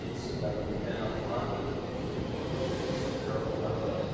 it said that the pen-up front must be so careful not to